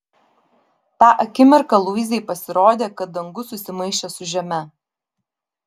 tą akimirką luizai pasirodė kad dangus susimaišė su žeme